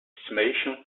estimation